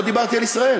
לא דיברתי על ישראל.